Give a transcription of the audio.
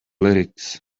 lyrics